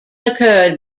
occurred